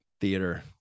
theater